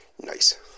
Nice